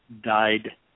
died